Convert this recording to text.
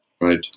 Right